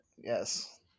yes